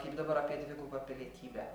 kaip dabar apie dvigubą pilietybę